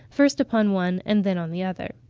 first upon one and then on the other.